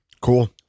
Cool